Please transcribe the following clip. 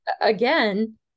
again